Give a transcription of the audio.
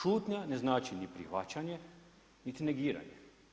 Šutnja ne znači ni prihvaćanje niti negiranje.